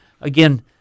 Again